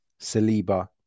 Saliba